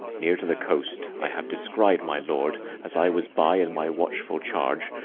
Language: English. near to the coast i have descried, my lord, as i was buy in my watchful charge,